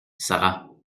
sara